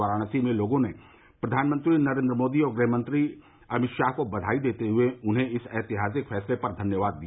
वाराणसी में लोगों ने प्रधानमंत्री नरेन्द्र मोदी और गृहमंत्री अमित शाह को बधाई देते हुए उन्हें इस ऐतिहासिक फैसले पर धन्यवाद दिया